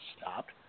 stopped